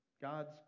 God's